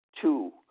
Two